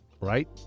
right